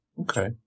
okay